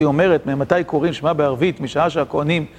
היא אומרת, ממתי קוראים שמע בערבית? משעה שהכהנים